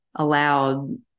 allowed